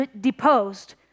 deposed